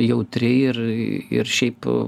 jautri ir ir šiaip